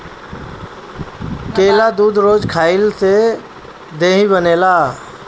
केला दूध रोज खइला से देहि बनेला